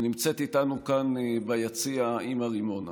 ונמצאת איתנו כאן ביציע האימא רימונה.